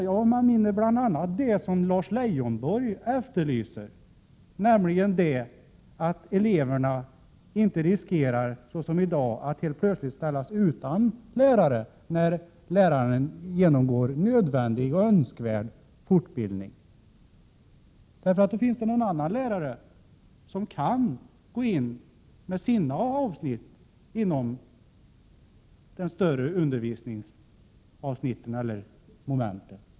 Jo, man vinner det som Lars Leijonborg efterlyste, nämligen att eleverna inte som i dag riskerar att helt plötsligt ställas utan lärare, när läraren genomgår nödvändig och önskvärd fortbildning. Då finns det någon annan lärare som kan gå in med sina avsnitt inom de större undervisningsavsnitten eller momenten.